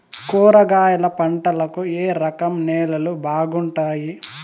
కూరగాయల పంటలకు ఏ రకం నేలలు బాగుంటాయి?